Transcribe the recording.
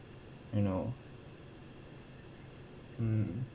you know mm